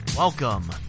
Welcome